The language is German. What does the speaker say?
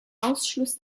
ausschluss